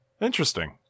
Interesting